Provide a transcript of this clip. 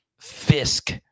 Fisk